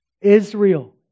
Israel